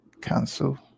Cancel